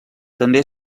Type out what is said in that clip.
també